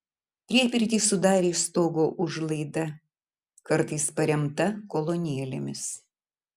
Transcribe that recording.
priepirtį sudarė stogo užlaida kartais paremta kolonėlėmis